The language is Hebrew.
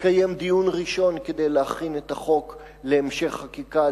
דיון ראשון כדי להכינה להמשך חקיקה,